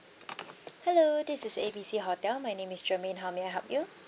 hello this is A B C hotel my name is shermaine how may I help you